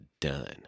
done